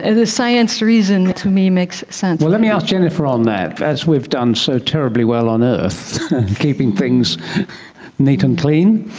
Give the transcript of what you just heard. a science reason to me makes sense. well, let me ask jennifer on that. as we've done so terribly well on earth keeping things neat and clean,